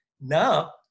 Now